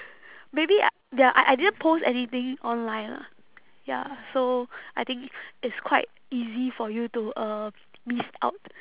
maybe I ya I I didn't post anything online lah ya so I think it's quite easy for you to uh miss out